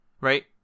right